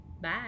Bye